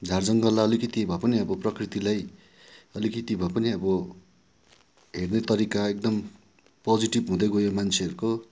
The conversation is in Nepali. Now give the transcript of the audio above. झार जङ्गललाई अलिकति भए पनि अब प्रकृतिलाई अलिकति भए पनि अब हेर्ने तरिका एकदम पोजिटिभ हुँदै गयो मान्छेहरूको